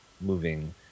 moving